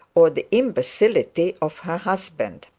or the imbecility of her husband.